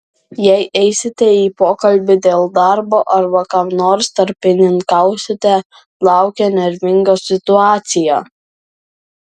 jei eisite į pokalbį dėl darbo arba kam nors tarpininkausite laukia nervinga situacija